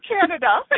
Canada